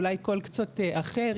אולי קול קצת אחר,